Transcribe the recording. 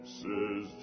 says